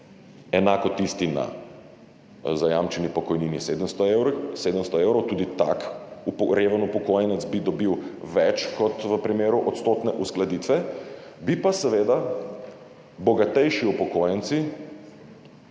Enako tisti na zajamčeni pokojnini 700 evrov, tudi tak reven upokojenec bi dobil več kot v primeru odstotne uskladitve, bi pa seveda bogatejši upokojenci